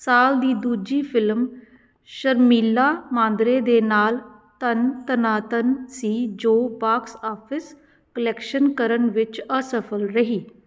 ਸਾਲ ਦੀ ਦੂਜੀ ਫਿਲਮ ਸ਼ਰਮੀਲਾ ਮਾਂਦਰੇ ਦੇ ਨਾਲ ਧਨ ਧਨਾ ਧਨ ਸੀ ਜੋ ਬਾਕਸ ਆਫਿਸ ਕੁਲੈਕਸ਼ਨ ਕਰਨ ਵਿੱਚ ਅਸਫ਼ਲ ਰਹੀ